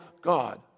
God